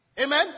Amen